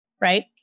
right